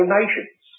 nations